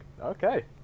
okay